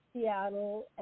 Seattle